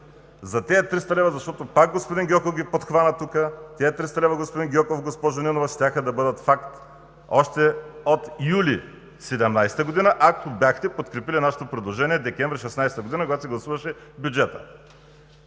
за тези 300 лв., защото пак господин Гьоков ги подхвана тук. Тези 300 лв., господин Гьоков, госпожо Нинова, щяха да бъдат факт още от месец юли 2017 г., ако бяхте подкрепили нашето предложение от месец декември 2016 г., когато се гласуваше бюджетът.